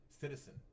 citizen